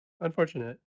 Unfortunate